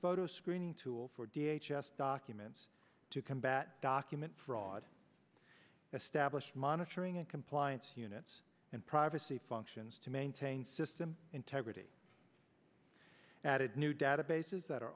photo screening tool for d h s documents to combat document fraud established monitoring and compliance units and privacy functions to maintain system integrity added new databases that are